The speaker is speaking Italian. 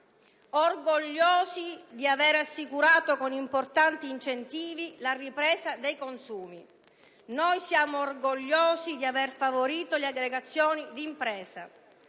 orgogliosi di avere assicurato, con importanti incentivi, la ripresa dei consumi; noi siamo orgogliosi di aver favorito le aggregazioni d'impresa;